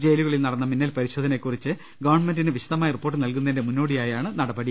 ജയിലുകളിൽ നടന്ന മിന്നൽ പരിശോധ നയെ കുറിച്ച് ഗവൺമെന്റിന് വിശദമായ റിപ്പോർട്ട് നൽകുന്നതിന്റെ മുന്നോടിയായാണ് നടപടി